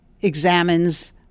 examines